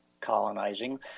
colonizing